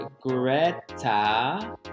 Greta